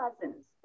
cousins